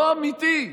לא אמיתי,